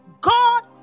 God